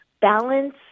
balance